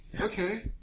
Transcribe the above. Okay